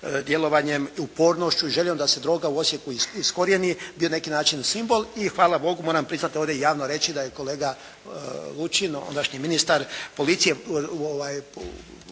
djelovanjem i upornošću i željom da se droga u Osijeku iskorijeni bio na neki način simbol. I hvala Bogu, moram priznati i ovdje javno reći da je kolega Lučin ondašnji ministar policije